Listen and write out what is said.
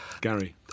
Gary